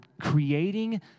creating